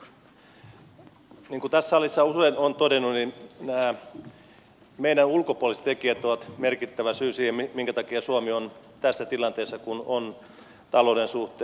niin kuin tässä salissa usein olen todennut meidän ulkopuoliset tekijät ovat merkittävä syy siihen minkä takia suomi on tässä tilanteessa kuin on talouden suhteen